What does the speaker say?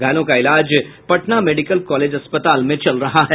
घायलों का इलाज पटना मेडिकल कॉलेज अस्पताल में चल रहा है